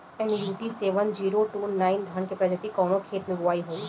MUT seven zero two nine धान के प्रजाति कवने खेत मै बोआई होई?